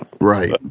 Right